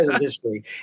history